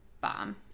bomb